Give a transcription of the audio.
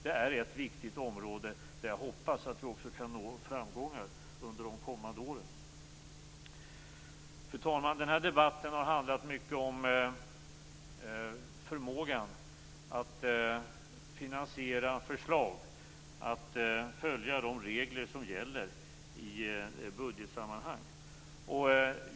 Det är ett viktigt område där jag hoppas att vi också kan nå framgångar under de kommande åren. Fru talman! Den här debatten har handlat mycket om förmågan att finansiera förslag och att följa de regler som gäller i budgetsammanhang.